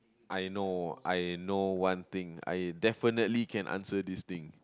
I know I know one thing I definitely can answer this thing